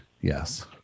Yes